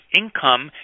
income